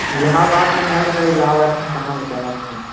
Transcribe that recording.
इलाहाबाद में है सर इलाहाबाद में कहाँ बताएँ आपको